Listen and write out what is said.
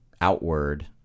outward